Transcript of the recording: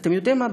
אתם יודעים מה?